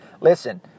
Listen